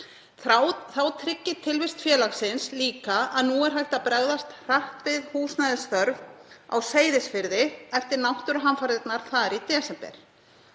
Þá tryggir tilvist félagsins líka að nú er hægt að bregðast hratt við húsnæðisþörf á Seyðisfirði eftir náttúruhamfarirnar þar í desember.